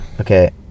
Okay